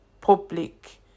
public